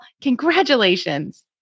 Congratulations